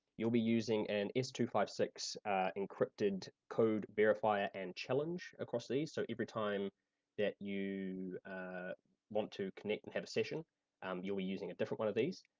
you'll be using an s two five six encrypted code verifier and challenge across these. so every time that you want to connect and have a session um you'll be using a different one of these,